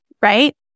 right